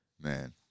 Man